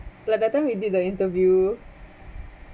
like that time we did the interview